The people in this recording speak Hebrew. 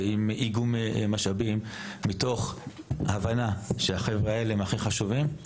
ועם איגום משאבים מתוך הבנה שהחבר'ה האלה הם הכי חשובים,